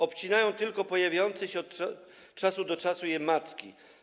Obcinają tylko pojawiające się od czasu do czasu macki.